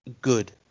good